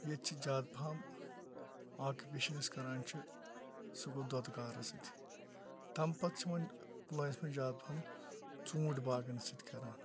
ییٚتہِ چھ زیادٕ پَہم اوکِپیشن یُس أسۍ کران چھِ سُہ گوٚو دۄدٕ کار سۭتۍ تَمہِ پَتہٕ چھُ وۄنۍ لوفاے زیادٕ پَہم ژوٗنٹھۍ باغَن سۭتۍ کران